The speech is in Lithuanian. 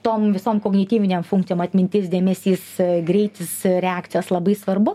tom visom kognityvinėm funkcijom atmintis dėmesys greitis reakcijos labai svarbu